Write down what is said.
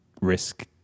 risk